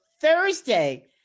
Thursday